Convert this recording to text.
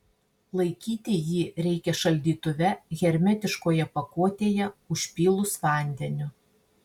laikyti jį reikia šaldytuve hermetiškoje pakuotėje užpylus vandeniu